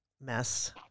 mess